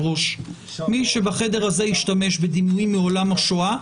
הוועדה שמי שבחדר הזה ישתמש בדימויים מעולם השואה,